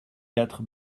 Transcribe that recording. quatre